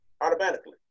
Automatically